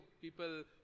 people